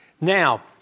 Now